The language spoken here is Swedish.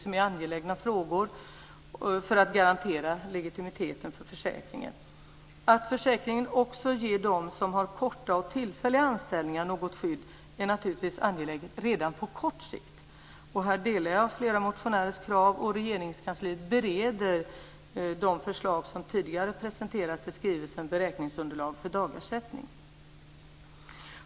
Det är angelägna frågor för att garantera legitimiteten för försäkringen. Att försäkringen också ger dem som har korta och tillfälliga anställningar något skydd är naturligtvis angeläget redan på kort sikt. Här delar jag flera motionärers uppfattning, och Regeringskansliet bereder de förslag som tidigare presenterats i skrivelsen Beräkningsunderlag för dagersättning.